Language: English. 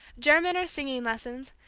german or singing lessons,